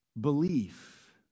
belief